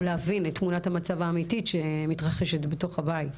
להבין את תמונת המצב האמיתית בתוך הבית.